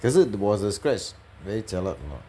可是 was the scratch very jialat or not